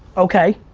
okay.